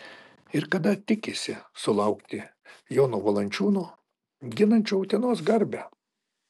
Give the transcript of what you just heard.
ir kada tikisi sulaukti jono valančiūno ginančio utenos garbę